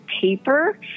paper